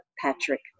Patrick